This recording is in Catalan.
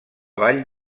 vall